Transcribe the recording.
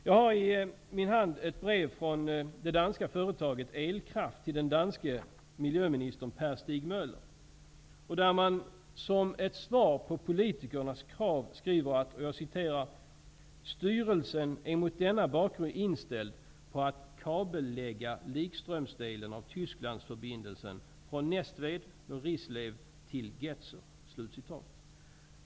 Jag har i min hand ett brev från det danska företaget Elkraft till den danske miljöministern Per Stig M ller; man skriver där som svar på politikernas krav: Styrelsen är mot denna bakgrund inställd på att kabellägga likströmsdelen av Gedser.